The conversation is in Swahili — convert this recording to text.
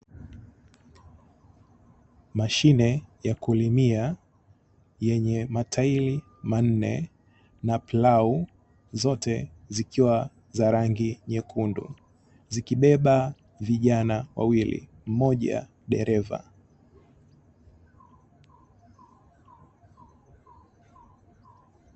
Mashine ya kulimia yenye matairi manne na plau zote zikiwa za rangi nyekundu, zikibeba vijana wawili mmoja dereva.